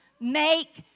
Make